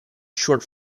short